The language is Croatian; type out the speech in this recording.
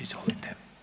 Izvolite.